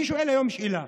אני שואל היום שאלה: